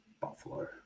Buffalo